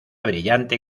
brillante